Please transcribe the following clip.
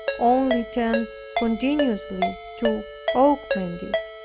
only tend continually to augment it.